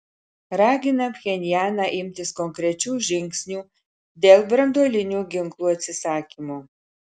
ragina pchenjaną imtis konkrečių žingsnių dėl branduolinių ginklų atsisakymo